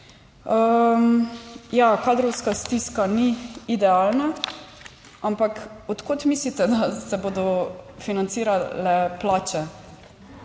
Kadrovska stiska ni idealna, ampak od kod mislite, da se bodo financirale plače?